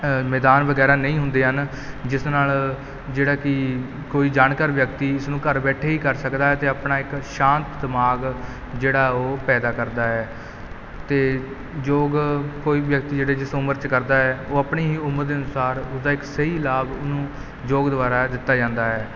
ਮੈਦਾਨ ਵਗੈਰਾ ਨਹੀਂ ਹੁੰਦੇ ਹਨ ਜਿਸ ਨਾਲ ਜਿਹੜਾ ਕਿ ਕੋਈ ਜਾਣਕਾਰ ਵਿਅਕਤੀ ਇਸ ਨੂੰ ਘਰ ਬੈਠੇ ਹੀ ਕਰ ਸਕਦਾ ਹੈ ਅਤੇ ਆਪਣਾ ਇੱਕ ਸ਼ਾਂਤ ਦਿਮਾਗ ਜਿਹੜਾ ਉਹ ਪੈਦਾ ਕਰਦਾ ਹੈ ਅਤੇ ਯੋਗ ਕੋਈ ਵਿਅਕਤੀ ਜਿਹੜੇ ਜਿਸ ਉਮਰ 'ਚ ਕਰਦਾ ਹੈ ਉਹ ਆਪਣੀ ਉਮਰ ਦੇ ਅਨੁਸਾਰ ਉਸਦਾ ਇੱਕ ਸਹੀ ਲਾਭ ਉਹਨੂੰ ਯੋਗ ਦੁਆਰਾ ਦਿੱਤਾ ਜਾਂਦਾ ਹੈ